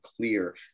clear